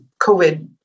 covid